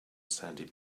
sandy